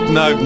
no